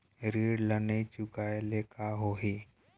ऋण ला नई चुकाए ले का होही?